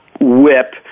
whip